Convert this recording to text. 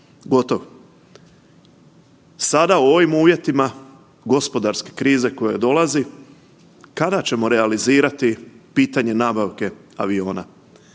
gotov. Sada u ovim uvjetima gospodarske krize koja dolazi kada ćemo realizirati pitanje nabavke aviona.